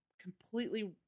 completely